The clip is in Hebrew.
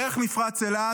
דרך מפרץ אילת